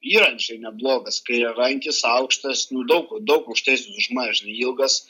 yra žinai neblogas kairiarankis aukštas nu daug daug aukštesnis už mane žinai ilgas